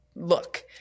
look